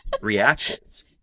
reactions